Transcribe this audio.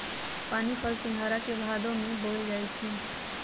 पानीफल सिंघारा के भादो में बोयल जाई छै